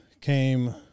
came